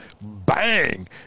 Bang